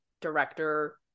director